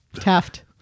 taft